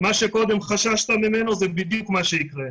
מה שקודם חששת ממנו זה בדיוק מה שיקרה.